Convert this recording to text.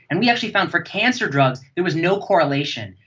and we actually found for cancer drugs there was no correlation.